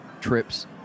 trips